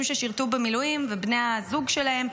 ששירתו במילואים ושל בני הזוג שלהם,